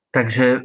Takže